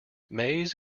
maize